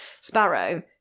Sparrow